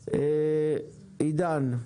עידן,